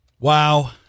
Wow